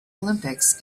olympics